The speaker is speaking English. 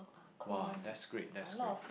!wah! that's great that's great